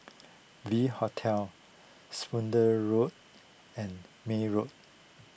V Hotel Spooner Road and May Road